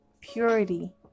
purity